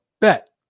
bet